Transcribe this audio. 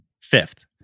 Fifth